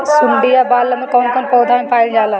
सुंडी या बॉलवर्म कौन पौधा में पाइल जाला?